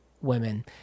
women